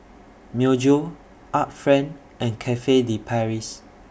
Myojo Art Friend and Cafe De Paris